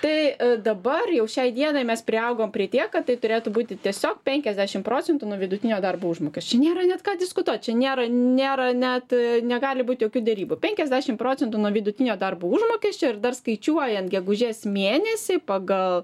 tai dabar jau šiai dienai mes priaugom prie tiek kad tai turėtų būti tiesiog penkiasdešim procentų nuo vidutinio darbo užmokesčio nėra net ką diskutuot čia nėra nėra net negali būt jokių derybų penkiasdešim procentų nuo vidutinio darbo užmokesčio ir dar skaičiuojant gegužės mėnesį pagal